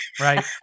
right